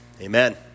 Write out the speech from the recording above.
amen